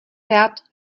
rád